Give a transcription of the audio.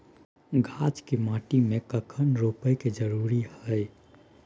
गाछ के माटी में कखन रोपय के जरुरी हय?